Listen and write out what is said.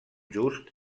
just